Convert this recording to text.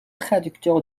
traducteur